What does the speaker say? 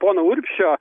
pono urbšio